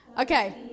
Okay